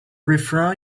refrain